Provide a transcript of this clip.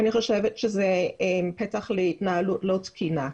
אני חושבת שזה פתח להתנהלות לא תקינה.